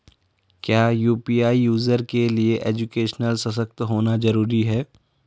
क्या UPI user के लिए एजुकेशनल सशक्त होना जरूरी है?